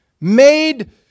made